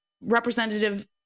representative